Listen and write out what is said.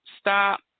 Stop